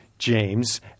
James